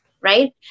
right